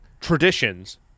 traditions